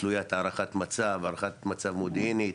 תלוית הערכת מצב, הערכת מצב מודיעינית